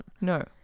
No